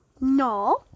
No